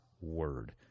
word